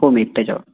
हो मी त्याच्यावर